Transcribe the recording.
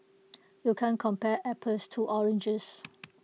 you can't compare apples to oranges